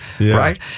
Right